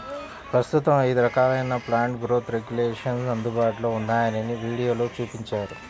ప్రస్తుతం ఐదు రకాలైన ప్లాంట్ గ్రోత్ రెగ్యులేషన్స్ అందుబాటులో ఉన్నాయని వీడియోలో చూపించారు